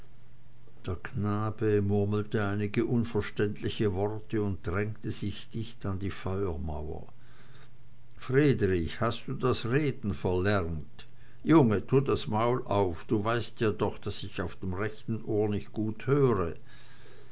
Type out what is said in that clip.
der knabe murmelte einige unverständliche worte und drängte sich dicht an die feuermauer friedrich hast du das reden verlernt junge tu das maul auf du weißt ja doch daß ich auf dem rechten ohr nicht gut höre